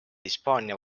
hispaania